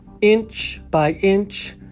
inch-by-inch